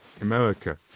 America